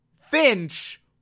Finch